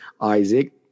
Isaac